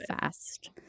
fast